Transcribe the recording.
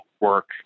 work